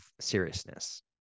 seriousness